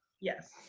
Yes